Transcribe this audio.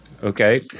Okay